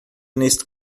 neste